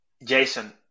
Jason